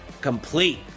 complete